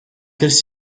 quelles